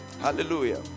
hallelujah